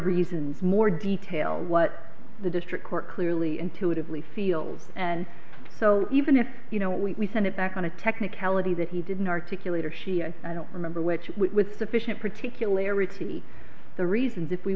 reasons more detail what the district court clearly intuitively feels and so even if you know we sent it back on a technicality that he didn't articulate or she and i don't remember which with sufficient particulary see the reasons if we